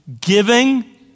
giving